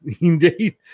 indeed